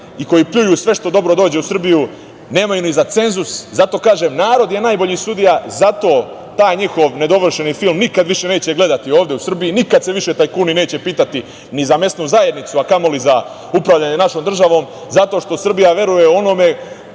koji pljuju sve dobro što dođe u Srbiju, nemaju ni za cenzus. Narod je najbolji sudija. Taj njihov nedovršeni film nikad više neće gledati u Srbiji, nikad se više tajkuni neće pitati ni za mesnu zajednicu, a kamoli za upravljanje našom državom, jer Srbija veruje onoj